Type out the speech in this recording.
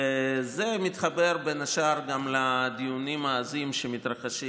זה מתחבר בין השאר גם לדיונים העזים שמתרחשים